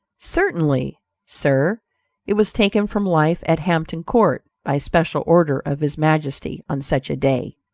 certainly sir it was taken from life at hampton court, by special order of his majesty on such a day.